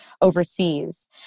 overseas